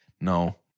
no